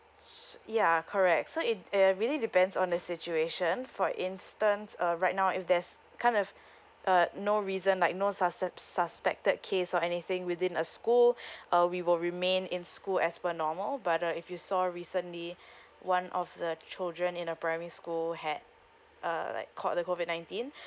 s~ ya correct so it it really depends on the situation for instance uh right now if there's kind of uh no reason like no sus~ suspected case or anything within a school uh we will remain in school as per normal but uh if you saw recently one of the children in a primary school had uh like caught the COVID nineteen